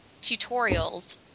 tutorials